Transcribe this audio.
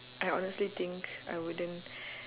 I honestly think I wouldn't